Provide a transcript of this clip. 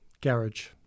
Garage